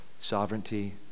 sovereignty